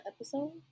episode